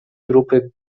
grupy